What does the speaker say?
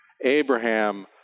Abraham